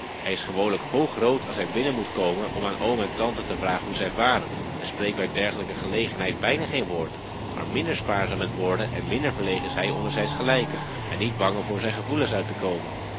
hij is gewoonlijk hoogrood als hij binnen moet komen om aan oom en tante te vragen hoe zij varen en spreekt bij dergelijke gelegenheid bijna geen woord maar minder spaarzaam met woorden en minder verlegen is hij onder zijns gelijken en niet bang om voor zijn gevoelen uit te komen